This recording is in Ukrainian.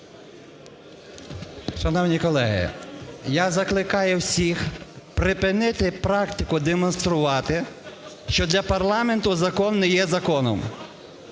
Шановні колеги! Я закликаю всіх припинити практику демонструвати, що для парламенту закон не є законом.